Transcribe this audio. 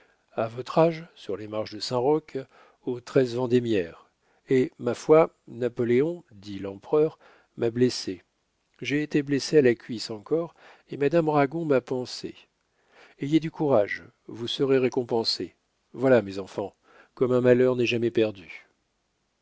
votre âge sur les marches de saint-roch au treize vendémiaire et ma foi napoléon dit l'empereur m'a blessé j'ai été blessé à la cuisse encore et madame ragon m'a pansé ayez du courage vous serez récompensés voilà mes enfants comme un malheur n'est jamais perdu